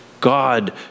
God